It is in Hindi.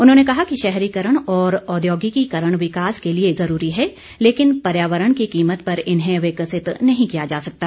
उन्होंने कहा कि शहरीकरण और औद्योगिकीकरण विकास के लिए जरूरी है लेकिन पर्यावरण की कीमत पर इन्हें विकसित नहीं किया जा सकता